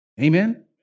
Amen